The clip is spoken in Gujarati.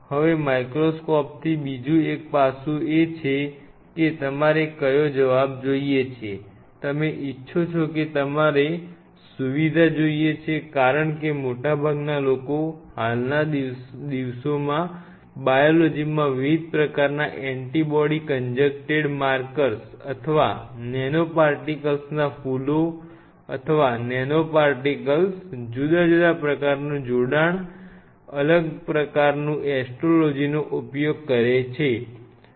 હવે માઇક્રોસ્કોપથી બીજું એક પાસું છે કે તમારે કયો જવાબ જોઈએ છે તમે ઇચ્છો છો કે ઉપયોગ કરે છે